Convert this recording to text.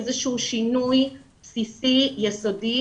איזשהו שינוי בסיסי יסודי,